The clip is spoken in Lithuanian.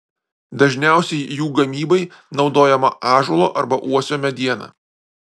dažniausiai jų gamybai naudojama ąžuolo arba uosio mediena